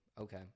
okay